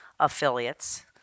affiliates